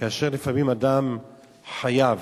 כאשר לפעמים אדם חייב,